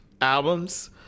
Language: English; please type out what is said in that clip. albums